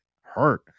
hurt